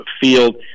field